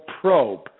probe